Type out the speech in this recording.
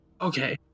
Okay